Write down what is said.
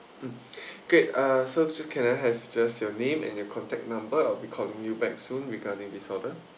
mm great uh so just can I have just your name and your contact number I'll be calling you back soon regarding this order